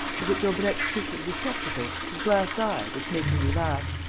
is it daubrecq's secret receptacle, his glass eye, that's making you laugh?